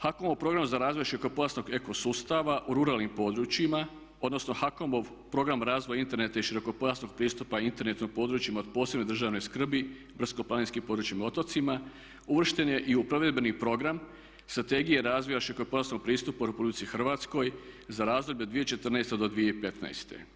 HAKOM-ov program za razvoj širokopojasnog eko sustava u ruralnim područjima, odnosno HAKOM-ov program razvoja interneta i širokopojasnog pristupa internetu na područjima od posebne državne skrbi, brdsko-planinskim područjima i otocima uvršten je i u provedbeni program strategije razvoja širokopojasnog pristupa u RH za razdoblje od 2014.do 2015.